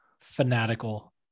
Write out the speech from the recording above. fanatical